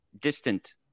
distant